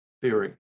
theory